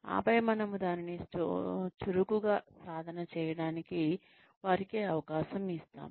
ఆపై మనము దానిని చురుకుగా సాధన చేయడానికి వారికి అవకాశం ఇస్తాము